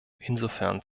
insofern